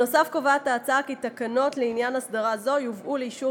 נוסף על כך נקבע בהצעה כי תקנות לעניין הסדרה זו יובאו לאישור